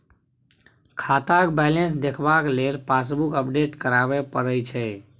खाताक बैलेंस देखबाक लेल पासबुक अपडेट कराबे परय छै